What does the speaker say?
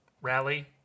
rally